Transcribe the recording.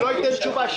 שלא ייתן תשובה,